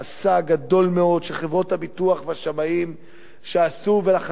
מסע גדול מאוד של חברות הביטוח והשמאים שעשו ולחצו